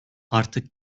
artık